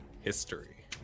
History